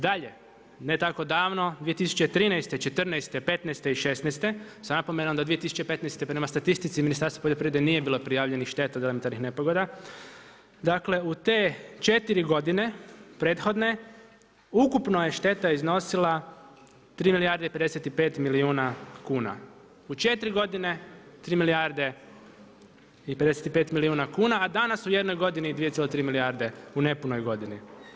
Dalje, ne tako davno 2013., 2014., 2015. i 2016. sa napomenom do 2015. prema statistici Ministarstva poljoprivrede nije bilo prijavljenih šteta od elementarnih nepogoda, dakle u četiri godine prethodne ukupno je šteta iznosila 3 milijarde i 55 milijuna kuna u četiri godine 3, milijarde i 55 milijuna kuna, a danas u jednoj godini 2,3 milijarde u nepunoj godini.